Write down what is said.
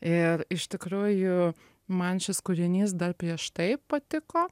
ir iš tikrųjų man šis kūrinys dar prieš tai patiko